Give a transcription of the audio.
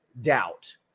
doubt